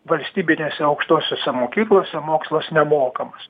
valstybinėse aukštosiose mokyklose mokslas nemokamas